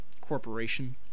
Corporation